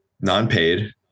non-paid